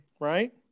right